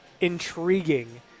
intriguing